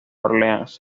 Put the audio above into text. orleans